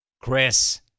Chris